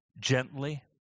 gently